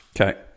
Okay